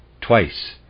twice